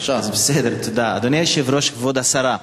אדוני היושב-ראש, כבוד השרה,